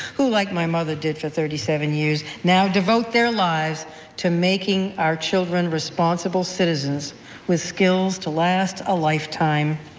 who like my mother did for thirty seven years, now devote their lives to making our children responsible citizens with skills to last a lifetime.